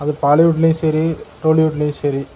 அது பாலிவுட்லையும் சரி டோலிவுட்லையும் சரி